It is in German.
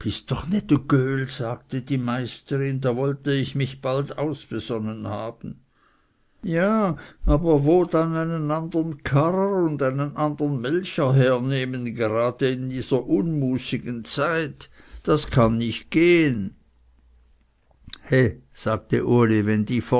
doch nit e göhl sagte die meisterin da wollte ich mich bald ausbesonnen haben ja aber wo dann einen anderen karrer und einen anderen melcher her nehmen gerade in dieser unmußigen zeit das kann nicht gehen he sagte uli wenn die